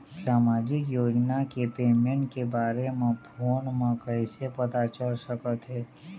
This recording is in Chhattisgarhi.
सामाजिक योजना के पेमेंट के बारे म फ़ोन म कइसे पता चल सकत हे?